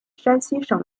山西省